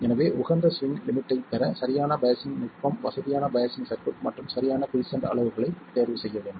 எனவே உகந்த swing limit டைப்பெற சரியான பையாஸ்சிங் நுட்பம் வசதியான பயாசிங் சர்க்யூட் மற்றும் சரியான குய்சென்ட் அளவுருக்களைத் தேர்வு செய்ய வேண்டும்